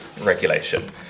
Regulation